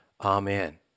Amen